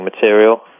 material